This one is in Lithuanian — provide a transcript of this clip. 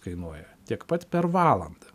kainuoja tiek pat per valandą